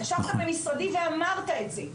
ישבת במשרדי ואמרת את זה?